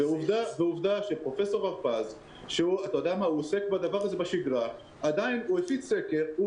ועובדה שפרופ' הרפז שעוסק בדבר הזה בשגרה הפיץ סקר,